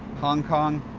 hong kong,